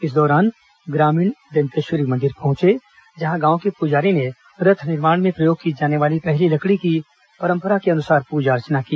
इस दौरान ग्रामीण दंतेश्वरी मंदिर पहुंचे जहां गांव के पुजारी ने रथ निर्माण में प्रयोग की जाने वाली पहली लकड़ी की परंपरानुसार पूजा अर्चना की